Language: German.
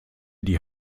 die